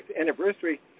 anniversary